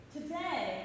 Today